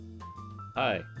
Hi